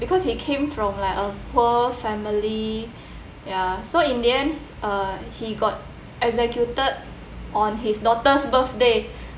because he came from like a poor family ya so in the end uh he got executed on his daughter's birthday